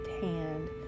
hand